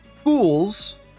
schools